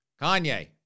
Kanye